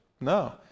No